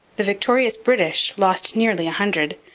the victorious british lost nearly a hundred,